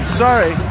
sorry